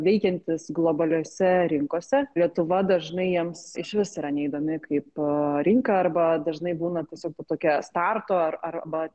veikiantys globaliose rinkose lietuva dažnai jiems išvis yra neįdomi kaip rinka arba dažnai būna tiesiog tokia starto ar arba